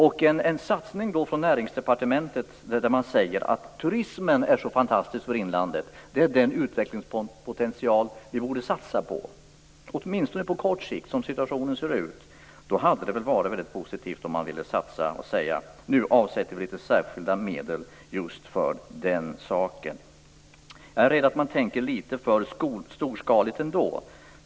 En satsning från Näringsdepartementet där man säger att turismen är så fantastisk för inlandet att det är den utvecklingspotential man borde satsa på, åtminstone på kort sikt som situationen ser ut, hade varit väldigt positiv. Det vore positivt om man ville satsa och säga att nu avsätter vi litet särskilda medel just för den saken. Jag är rädd att man tänker litet för storskaligt ändå.